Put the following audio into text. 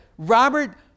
robert